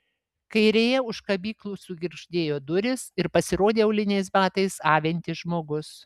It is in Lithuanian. kairėje už kabyklų sugirgždėjo durys ir pasirodė auliniais batais avintis žmogus